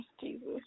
Jesus